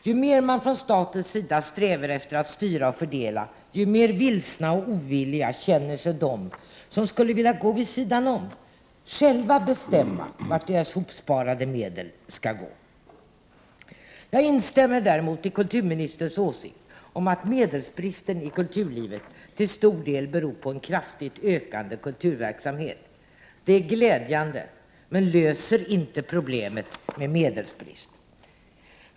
Ju mer man från statens sida strävar efter att styra och fördela, desto mer vilsna och ovilliga känner sig de som skulle vilja gå vid sidan om och själva bestämma vad som skall ske med deras hopsparade medel. Jag instämmer däremot i kulturministerns åsikt att medelsbristen i kulturlivet till stor del beror på en kraftigt ökande kulturverksamhet. Det är glädjande, men löser inte problemet med medelsbristen.